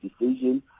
decision